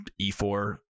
e4